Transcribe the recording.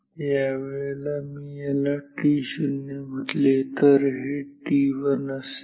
यावेळेला समजा मी याला t0 म्हटले तर हे t1 असेल